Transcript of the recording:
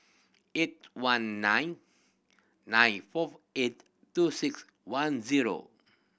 eight one nine nine four eight two six one zero